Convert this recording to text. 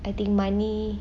I think money